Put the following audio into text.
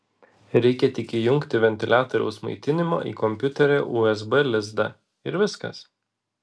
reikia tik įjungti ventiliatoriaus maitinimą į kompiuterio usb lizdą ir viskas